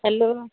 hello